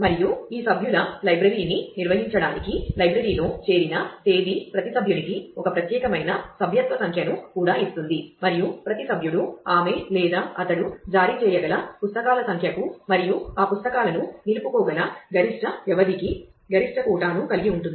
మరియు ఈ సభ్యుల లైబ్రరీని నిర్వహించడానికి లైబ్రరీలో చేరిన తేదీ ప్రతి సభ్యునికి ఒక ప్రత్యేకమైన సభ్యత్వ సంఖ్యను కూడా ఇస్తుంది మరియు ప్రతి సభ్యుడు ఆమె లేదా అతడు జారీ చేయగల పుస్తకాల సంఖ్యకు మరియు ఆ పుస్తకాలను నిలుపుకోగల గరిష్ట వ్యవధికి గరిష్ట కోటాను కలిగి ఉంటుంది